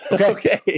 Okay